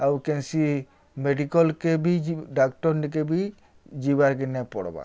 ଆଉ କେନ୍ସି ମେଡ଼ିକାଲ୍କେ ବି ଡ଼ାକ୍ତର୍ ନିକେ ବି ଯିବାର୍କେ ନାଇଁ ପଡ଼୍ବାର୍